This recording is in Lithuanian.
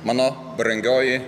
mano brangioji